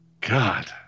God